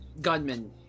gunmen